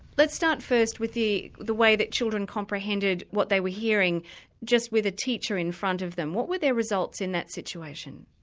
let's start first with the way way that children comprehended what they were hearing just with a teacher in front of them. what were their results in that situation?